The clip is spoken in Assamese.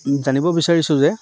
জানিব বিচাৰিছোঁ যে